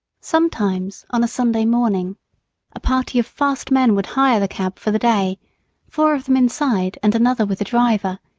sometimes on a sunday morning a party of fast men would hire the cab for the day four of them inside and another with the driver,